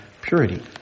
purity